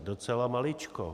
Docela maličkou.